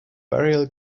burial